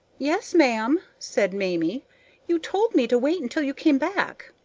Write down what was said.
yes, ma'am, said mamie you told me to wait until you came back.